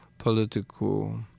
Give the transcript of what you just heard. political